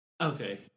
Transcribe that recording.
Okay